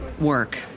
work